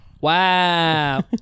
Wow